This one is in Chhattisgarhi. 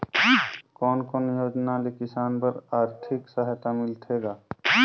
कोन कोन योजना ले किसान बर आरथिक सहायता मिलथे ग?